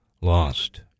lost